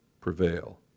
prevail